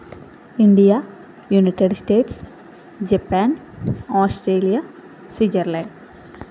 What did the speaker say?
India United States Japan Australia Switzerland